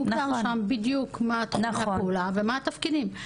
מוגדר שם בדיוק מה תחומי הפעולה ומה התפקידים.